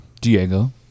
Diego